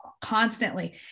constantly